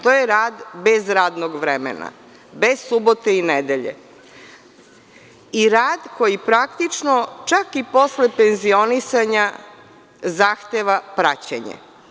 To je rad bez radnog vremena, bez subote i nedelje i rad koji praktično, čak i posle penzionisanja, zahteva praćenje.